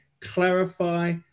clarify